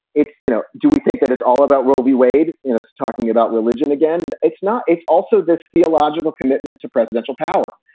it's, you know, do we think that it's all about roe v. wade? you know it's talking about religion again. it's not. it's also this theological commitment to presidential power,